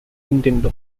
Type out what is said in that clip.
nintendo